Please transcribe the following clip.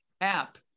app